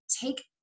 take